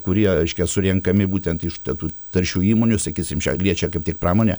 kurie reiškia surenkami būtent iš tų taršių įmonių sakysim čia liečia kaip tik pramonę